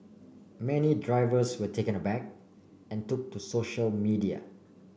many drivers were taken aback and took to social media